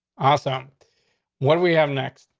awesome when we have next.